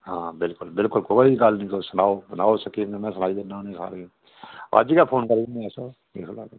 हां बिल्कुल बिल्कुल तुस सनाओ कोई गल्ल नेईं तुस बनाओ उस दिन में सनाई दिन्नां सांरे गी फोन करी ओड़ने अस